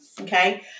okay